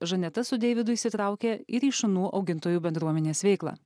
žaneta su deividu įsitraukė ir į šunų augintojų bendruomenės veiklą